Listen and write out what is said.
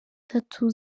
tatu